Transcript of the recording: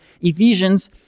Ephesians